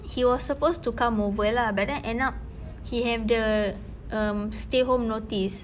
he was supposed to come over lah but then end up he have the um stay home notice